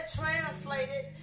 translated